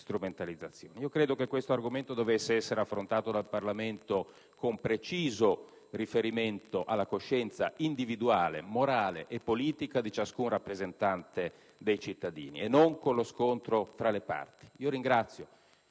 Credo che questo argomento dovesse essere affrontato dal Parlamento con preciso riferimento alla coscienza individuale, morale e politica di ciascun rappresentante dei cittadini e non con lo scontro fra le parti. Ringrazio